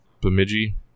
Bemidji